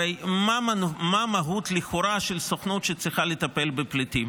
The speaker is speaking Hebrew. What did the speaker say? הרי מה לכאורה המהות של סוכנות שצריכה לטפל בפליטים?